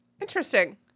interesting